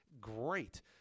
great